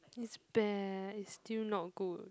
it's bad it's still not good